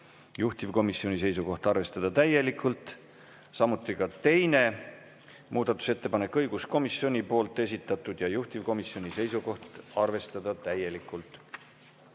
Juhtivkomisjoni seisukoht on arvestada seda täielikult. Samuti on ka teine muudatusettepanek õiguskomisjoni esitatud ja juhtivkomisjoni seisukoht on arvestada täielikult.